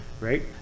right